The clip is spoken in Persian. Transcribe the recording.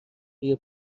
روی